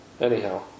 Anyhow